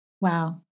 Wow